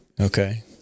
Okay